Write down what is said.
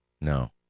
No